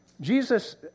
Jesus